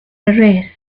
arrest